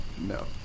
No